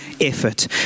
effort